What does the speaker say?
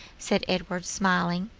said edward, smiling.